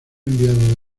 enviado